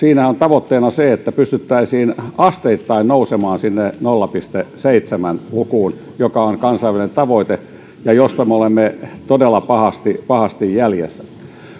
siinä on tavoitteena se että pystyttäisiin asteittain nousemaan sinne lukuun nolla pilkku seitsemän joka on kansainvälinen tavoite ja josta me olemme todella pahasti pahasti jäljessä